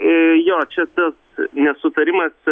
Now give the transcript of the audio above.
jo čia tas nesutarimas